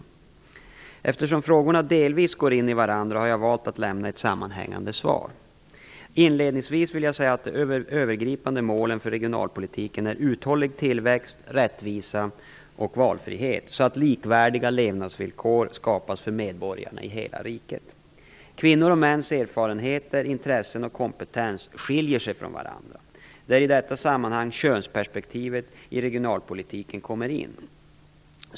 Eftersom frågorna delvis går in i varandra har jag valt att lämna ett sammanhängande svar. Inledningsvis vill jag säga att de övergripande målen för regionalpolitiken är uthållig tillväxt, rättvisa och valfrihet så att likvärdiga levnadsvillkor skapas för medborgarna i hela riket. Kvinnors och mäns erfarenheter, intressen och kompetens skiljer sig från varandra. Det är i detta sammanhang könsperspektivet i regionalpolitiken kommer in.